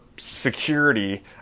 security